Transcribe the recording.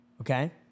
okay